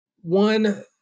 One